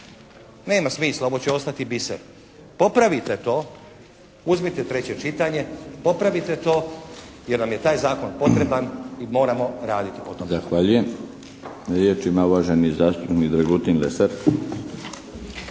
Nema smisla. Ovo će ostati biser. Popravite to. Uzmite treće čitanje. Popravite to jer vam je taj zakon potreban i moramo raditi po tome.